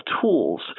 tools